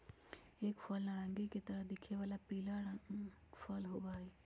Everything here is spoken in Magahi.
एक फल नारंगी के तरह दिखे वाला पीला फल होबा हई